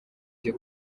byo